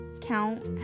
count